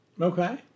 Okay